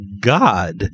God